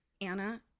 Anna